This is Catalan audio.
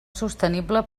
sostenible